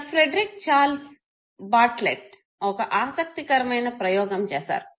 sir Frederic Charles Bartlett ఒక ఆసక్తికరమైన ప్రయోగం చేసారు